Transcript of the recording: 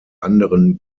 anderen